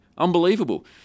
Unbelievable